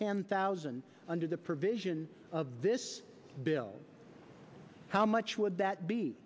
ten thousand under the provisions of this bill how much would that be